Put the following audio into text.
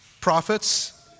prophets